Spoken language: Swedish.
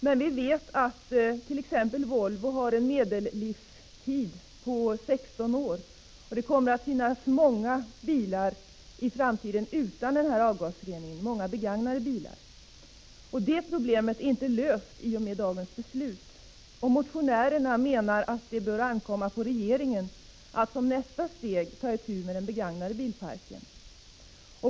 Men vi vet attt.ex. Volvo har en medellivslängd på 16 år, och det kommer att finnas många begagnade bilar utan avgasrening långt in i framtiden. Det problemet är icke löst med dagens beslut. Motionärerna menar att det bör ankomma på regeringen att som nästa steg ta itu med parken med begagnade bilar.